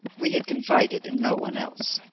we had confided in no one else.